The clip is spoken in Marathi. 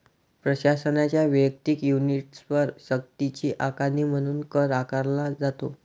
प्रशासनाच्या वैयक्तिक युनिट्सवर सक्तीची आकारणी म्हणून कर आकारला जातो